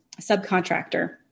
subcontractor